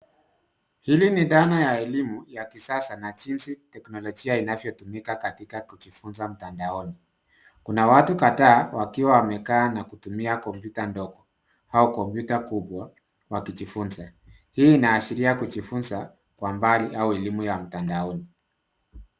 Hili ni dhana ya elimu ya kisasa na jinsi teknolojia inavyotumika katika kujifunza mtandaoni. Kuna watu kadhaa wakiwa wamekaa na kutumia kompyuta ndogo au kompyuta kubwa wakijifunza. Hii inaashiria kujifunza kwa mbali au elimu ya mtandaoni.